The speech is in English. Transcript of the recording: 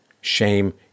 Shame